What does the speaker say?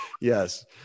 Yes